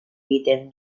beaten